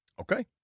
Okay